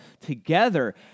together